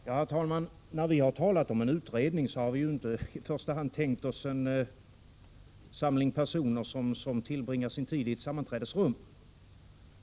Herr talman! När vi har talat om en utredning har vi inte i första hand tänkt oss en samling personer som tillbringar utredningstiden i ett sammanträdesrum.